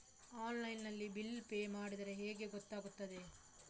Online ನಲ್ಲಿ bill pay ಮಾಡಿದ್ರೆ ಹೇಗೆ ಗೊತ್ತಾಗುತ್ತದೆ?